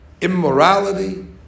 immorality